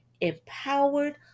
empowered